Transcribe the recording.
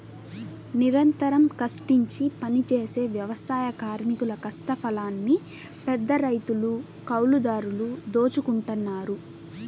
నిరంతరం కష్టించి పనిజేసే వ్యవసాయ కార్మికుల కష్టఫలాన్ని పెద్దరైతులు, కౌలుదారులు దోచుకుంటన్నారు